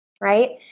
right